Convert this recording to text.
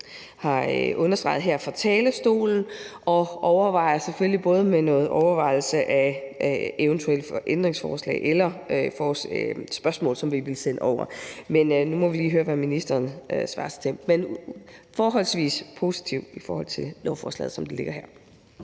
har understreget her fra talerstolen, lidt mere, og selvfølgelig også med en overvejelse af eventuelle ændringsforslag eller spørgsmål, som vi vil sende over. Nu må vi lige høre, hvad ministeren svarer til det. Men vi er forholdsvis positive i forhold til lovforslaget, som det ligger her.